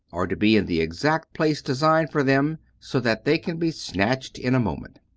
are to be in the exact place designed for them, so that they can be snatched in a moment.